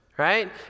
Right